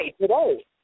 today